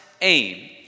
aim